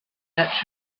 that